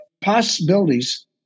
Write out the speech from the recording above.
possibilities